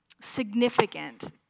significant